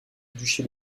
duché